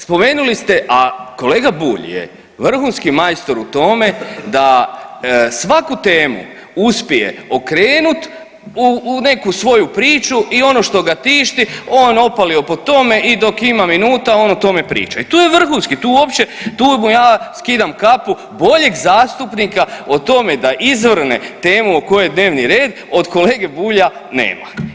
Spomenuli ste, a kolega Bulj je vrhunski majstor u tome da svaku temu uspije okrenut u neku svoju priču i ono što ga tišti, on opalio po tome i dok ima minuta, on o tome priča i tu je vrhunski, tu uopće, tu mu ja skidam kapu, boljeg zastupnika o tome da izvrne temu o kojoj je dnevni red od kolege Bulja nema.